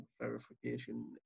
verification